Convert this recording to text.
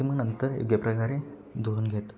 ती मग नंतर योग्य प्रकारे धुवून घेतो